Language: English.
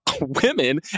women